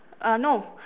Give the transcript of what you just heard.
uh no